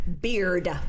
beard